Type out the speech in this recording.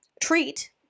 treat